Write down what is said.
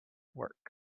work